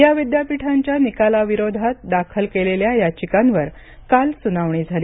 या विद्यापीठांच्या निकालाविरोधात दाखल केलेल्या याचिकांवर काल सुनावणी झाली